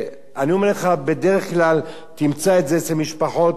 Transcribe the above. בדרך כלל תמצא את זה אצל משפחות לא עשירות במיוחד,